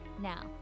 Now